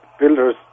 builders